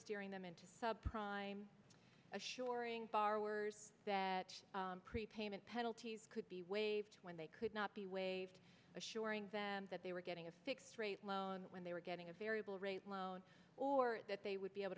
steering them into subprime assuring borrowers that prepayment penalties could be waived when they could not be waived assuring them that they were getting a fixed rate loan when they were getting a variable rate loan or that they would be able